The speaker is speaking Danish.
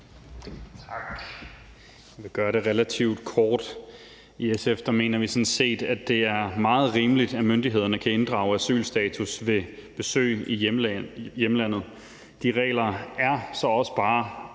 Tak. Jeg vil gøre det relativt kort. I SF mener vi sådan set, at det er meget rimeligt, at myndighederne kan inddrage asylstatus ved besøg i hjemlandet. De regler er så også bare